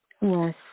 Yes